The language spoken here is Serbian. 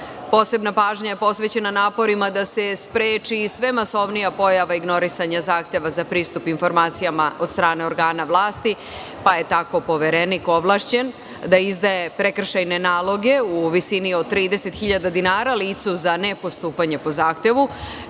radu. Posebna pažnja je posvećena naporima da se spreči sve masovnija pojava ignorisanja zahteva za pristup informacijama od strane organa vlasti, pa je tako Poverenik ovlašćen da izdaje prekršajne naloge u visini od 30 hiljada dinara licu za nepostupanje po zahtevu,